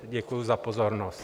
Děkuju za pozornost.